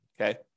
okay